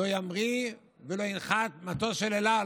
לא ימריא ולא ינחת מטוס של אל על,